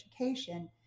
education